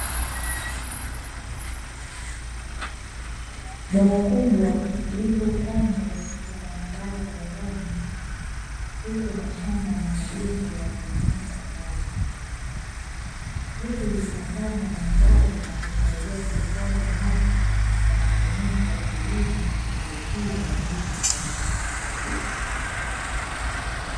Bwawa kubwa lipo kando ya barabara ya rami, huku mashamba na majengo yanaonekana kwa mbali, hii inapamba mandhari na kuhifadhi maji kwa matumizi ya kilimo na kuvutia wageni wanaopita.